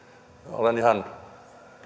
olen ihan